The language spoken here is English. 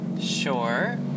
Sure